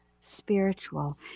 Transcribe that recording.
spiritual